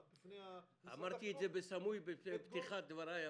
אמרתי את זה בסמוי בפתיחת דבריי,